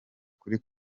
kuri